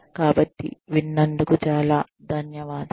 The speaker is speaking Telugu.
కాబట్టి విన్నందుకు చాలా ధన్యవాదాలు